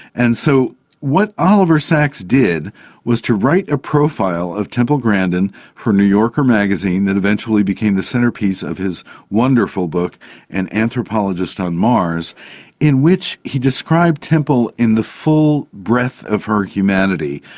and so what oliver sacks did was to write a profile of temple grandin for new yorker magazine that eventually became the centrepiece of his wonderful book an anthropologist on mars in which he described temple in the full breath of her humanity,